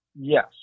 yes